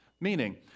Meaning